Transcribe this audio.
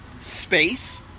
space